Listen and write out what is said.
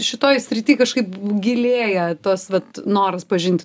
šitoj srity kažkaip gilėja tos vat noras pažint